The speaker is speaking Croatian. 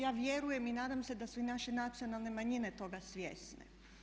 Ja vjerujem i nadam se da su i naše nacionalne manjine toga svjesne.